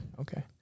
Okay